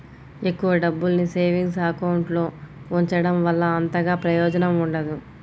ఎక్కువ డబ్బుల్ని savings account లో ఉంచడం వల్ల అంతగా ప్రయోజనం ఉండదు